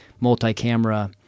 multi-camera